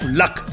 luck